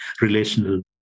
relational